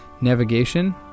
Navigation